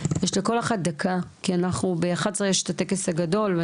יש לכל אחת דקה כי ב-11:00 יש את הטקס הגדול.